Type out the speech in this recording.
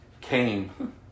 came